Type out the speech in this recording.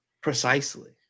precisely